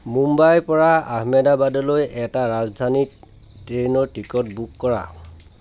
মুম্বাইৰপৰা আহমেদাবাদলৈ এটা ৰাজধানী ট্ৰেইনৰ টিকট বুক কৰা